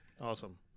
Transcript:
Awesome